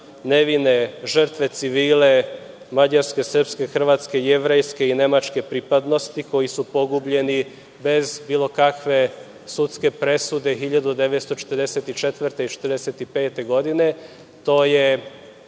nevine žrtve, civile, mađarske, srpske, hrvatske i jevrejske i nemačke pripadnosti koji su pogubljeni bez bilo kakve sudske presude 1944. i 1945. godine.